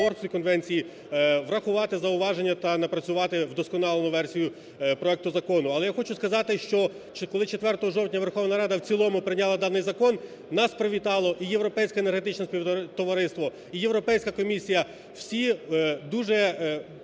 Верховна Рада в цілому прийняла даний закон, нас привітало і Європейське Енергетичне Співтовариство, і Європейська комісія, всі дуже